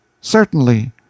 Certainly